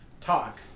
talk